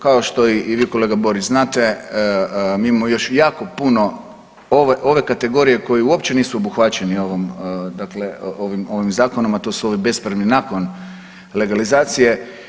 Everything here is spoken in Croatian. Kao što i vi kolega Borić znate mi imamo još jako puno ove kategorije koji uopće nisu obuhvaćeni ovim zakonom, a to su ovi bespravni nakon legalizacije.